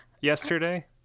yesterday